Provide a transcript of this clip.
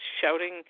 shouting